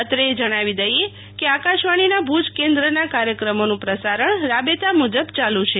અત્રે એ જણાવી દઈએ કે આકાશવાણીનાં ભુજ કેન્દ્રના કાર્યક્રમોનું પ્રસારણ રાબેતા મુજબ ચાલુ છે